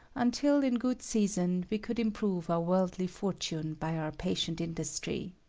until, in good season, we could improve our worldly fortune by our patient industry.